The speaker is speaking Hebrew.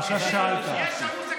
נתניהו.